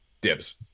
dibs